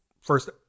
first